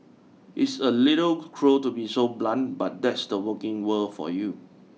it's a little cruel to be so blunt but that's the working world for you